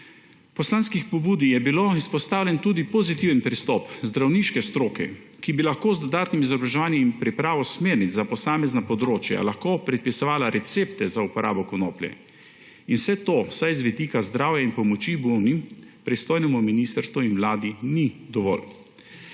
poslanski pobudi je bil izpostavljen tudi pozitiven pristop zdravniške stroke, ki bi lahko z dodatnim izobraževanjem in pripravo smernic za posamezna področja lahko predpisovala recepte za uporabo konoplje. In vse to, vsaj z vidika zdravja in pomoči bolnim, pristojnemu ministrstvu in Vladi ni dovolj.